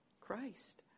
Christ